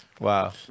Wow